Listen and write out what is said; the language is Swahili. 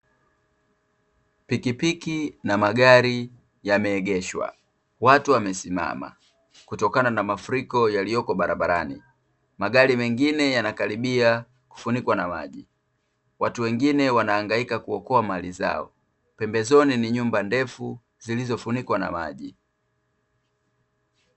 Pikipiki na magari yameegeshwa, watu wamesimama kutokana na mafuriko yaliyoko barabarani, magari mengine yanakaribia kufunikwa na maji. Watu wengine wanahangaika kuokoa mali zao, pembezoni ni nyumba ndefu zilizofunikwa na maji.